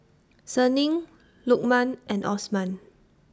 Senin Lukman and Osman